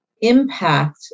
impact